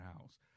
house